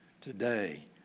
today